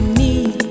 need